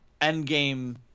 endgame